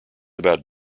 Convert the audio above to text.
about